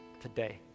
today